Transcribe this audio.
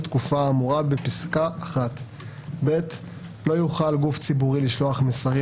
בתקופה האמורה בפסקה (1); (ב)לא יוכל גוף ציבורי לשלוח מסרים